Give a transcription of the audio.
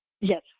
Yes